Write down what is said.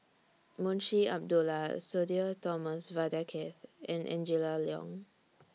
Munshi Abdullah Sudhir Thomas Vadaketh and Angela Liong